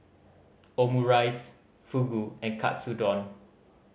Omurice Fugu and Katsudon